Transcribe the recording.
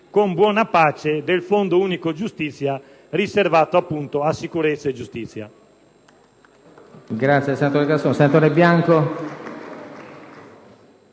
con buona pace del Fondo unico giustizia, riservato appunto a sicurezza e giustizia.